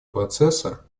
процесса